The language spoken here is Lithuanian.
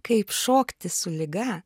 kaip šokti su liga